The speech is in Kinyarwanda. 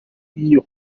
y’iyo